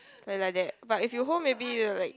like like that but if you hold maybe er like